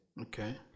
Okay